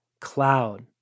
cloud